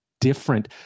different